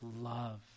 love